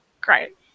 great